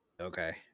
Okay